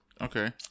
Okay